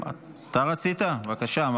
אני קובע כי הצעת